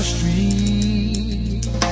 Street